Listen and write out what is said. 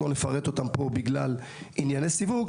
לא נפרט אותם פה בגלל ענייני סיווג,